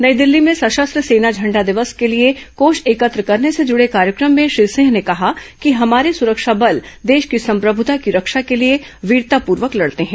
नई दिल्ली में सशस्त्र सेना झंडा दिवस के लिए कोष एकत्र करने से जुड़े कार्यक्रम में श्री सिंह ने कहा कि हमारे सुरक्षा बल देश की संप्रभृता की रक्षा के लिए वीरतापूर्वक लडते हैं